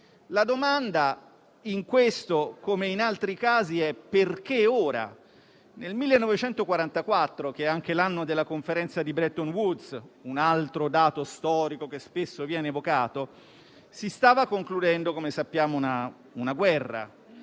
La domanda, in questo come in altri casi, è perché ora: nel 1944, che è anche l'anno della Conferenza di Bretton Woods (un altro dato storico che spesso viene evocato), si stava concludendo, come sappiamo, una guerra.